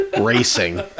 Racing